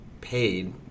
paid